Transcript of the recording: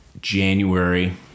January